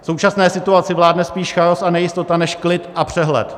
V současné situaci vládne spíš chaos a nejistota než klid a přehled.